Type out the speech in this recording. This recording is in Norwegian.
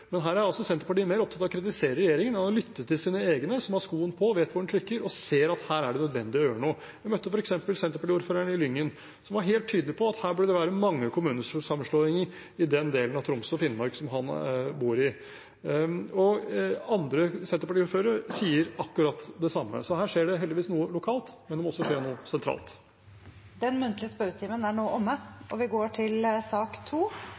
Men her er altså Senterpartiet mer opptatt av å kritisere regjeringen enn å lytte til sine egne, som har skoen på og vet hvor den trykker, og ser at her er det nødvendig å gjøre noe. Jeg møtte f.eks. Senterparti-ordføreren i Lyngen, som var helt tydelig på at det burde være mange kommunesammenslåinger i den delen av Troms og Finnmark som han bor i. Andre Senterparti-ordførere sier akkurat det samme. Så her skjer det heldigvis noe lokalt, men det må også skje noe sentralt. Den muntlige spørretimen er nå